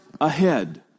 ahead